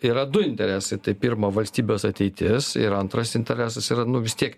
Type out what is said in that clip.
yra du interesai tai pirma valstybės ateitis ir antras interesas yra nu vis tiek